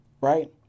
right